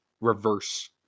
reverse